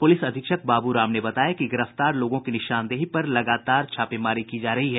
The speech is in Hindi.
पुलिस अधीक्षक बाबू राम ने बताया कि गिरफ्तार लोगों की निशानदेही पर लगातार छापेमारी की जा रही है